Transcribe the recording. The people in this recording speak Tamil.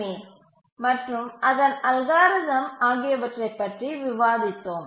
ஏ மற்றும் அதன் அல்காரிதம் ஆகியவற்றை பற்றி விவாதித்தோம்